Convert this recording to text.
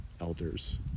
elders